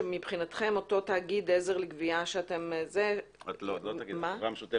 שמבחינתכם אותו תאגיד עזר לגבייה --- לא תאגיד עזר,